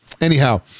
Anyhow